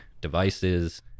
devices